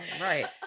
Right